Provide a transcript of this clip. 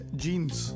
jeans